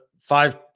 five